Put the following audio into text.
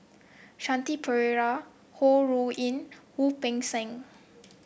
Shanti Pereira Ho Rui An Wu Peng Seng